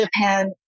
Japan